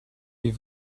wie